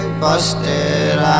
busted